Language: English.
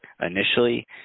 initially